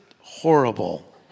horrible